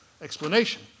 explanation